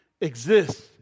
exist